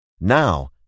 Now